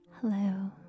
Hello